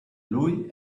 lui